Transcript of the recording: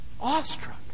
Awestruck